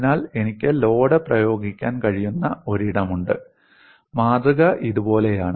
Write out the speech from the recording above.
അതിനാൽ എനിക്ക് ലോഡ് പ്രയോഗിക്കാൻ കഴിയുന്ന ഒരിടമുണ്ട് മാതൃക ഇതുപോലെയാണ്